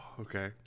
okay